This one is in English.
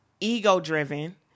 ego-driven